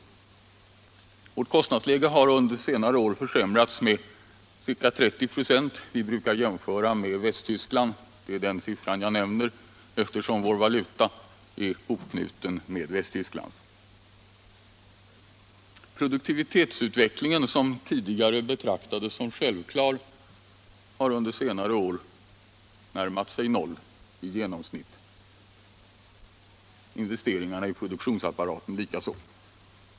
Vårt kostnadsläge har under senare år försämrats med ca 30 96. Vi brukar jämföra med Västtyskland, och det är den siffran som jag nämner, eftersom vår valuta är hopknuten med Västtysklands. Produktivitetsutvecklingen, som tidigare betraktades som självklar, har under senare år närmat sig noll i genomsnitt. Investeringarna i produktionsapparaten likaså.